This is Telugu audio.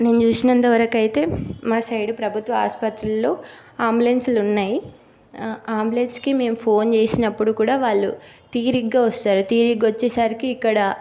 నేను చూసినంత వరకు అయితే మా సైడు ప్రభుత్వ ఆసుపత్రుల్లో అంబులెన్సులు ఉన్నాయి ఆంబులెన్స్కి మేము ఫోన్ చేసినప్పుడు కూడా వాళ్ళు తీరిగ్గా వస్తారు తీరిగ్గా వచ్చేసరికి ఇక్కడ